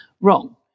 wrong